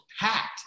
packed